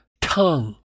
tongue